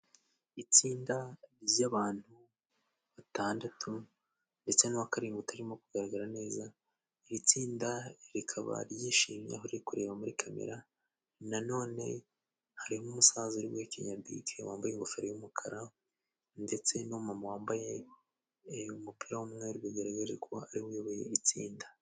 Itsinda ry’abantu batandatu, ndetse n’uwa karindwi utarimo kugaragara neza. Iri tsinda rikaba ryishimye aho riri, kureba muri camera. Na none, harimo musaza uri guhekenya bike wambaye ingofero y’umukara, ndetse n’umumama wambaye umupira w’umweru, bigaragare ko ari we uyoboye itsinda.